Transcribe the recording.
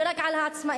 ורק על העצמאים?